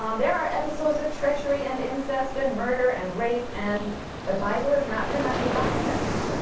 um there are episodes of treachery and incest and murder and rape. and the bible is not for naive optimists.